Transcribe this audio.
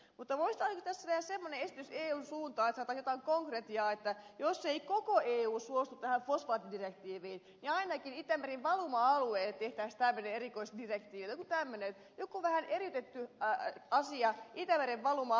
mutta voisiko tässä tehdä semmoisen esityksen eun suuntaan että saataisiin jotain konkretiaa että jos ei koko eu suostu tähän fosfaattidirektiiviin niin ainakin itämeren valuma alueille tehtäisiin tämmöinen erikoisdirektiivi jokin tämmöinen vähän eriytetty asia itämeren valuma alueille